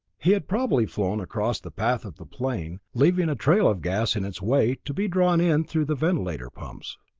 he had probably flown across the path of the plane, leaving a trail of gas in its way to be drawn in through the ventilator pumps.